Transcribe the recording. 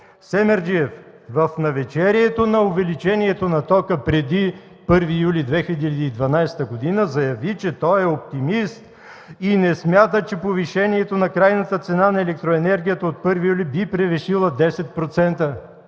се случи – в навечерието на увеличението на тока преди 1 юли 2012 г., Семерджиев заяви, че е оптимист и не смята, че повишението на крайната цена на електроенергията от 1 юли би превишила 10%.